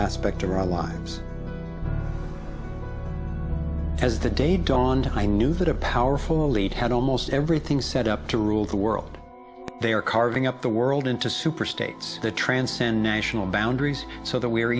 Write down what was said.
aspect of our lives as the day dawned i knew that a powerful elite had almost everything set up to rule the world they are carving up the world into super states that transcend national boundaries so that we are